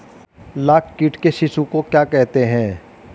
लाख कीट के शिशु को क्या कहते हैं?